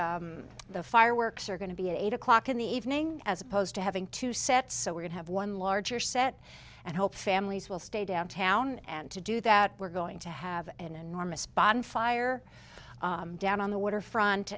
the fireworks are going to be eight o'clock in the evening as opposed to having two sets so we could have one larger set and help families will stay downtown and to do that we're going to have an enormous bonfire down on the waterfront